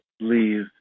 leave